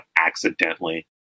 accidentally